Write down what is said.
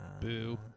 Boo